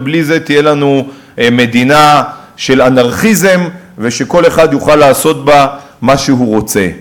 ובלי זה תהיה לנו מדינה של אנרכיזם שכל אחד יוכל לעשות בה מה שהוא רוצה.